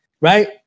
right